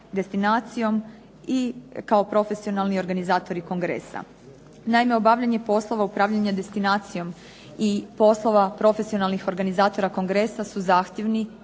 destinacijom i kao profesionalni organizatori kongresa. Naime, obavljanje poslova upravljanja destinacijom i poslova profesionalnih organizatora kongresa su zahtjevni